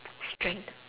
strength